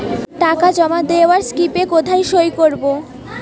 টাকা জমা দেওয়ার স্লিপে কোথায় সই করব?